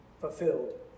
fulfilled